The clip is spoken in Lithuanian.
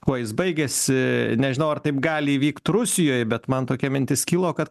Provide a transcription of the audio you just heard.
kuo jis baigėsi nežinau ar taip gali įvykt rusijoj bet man tokia mintis kilo kad